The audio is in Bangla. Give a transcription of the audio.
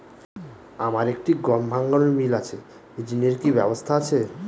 আমার একটি গম ভাঙানোর মিল আছে ঋণের কি ব্যবস্থা আছে?